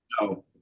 No